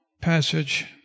passage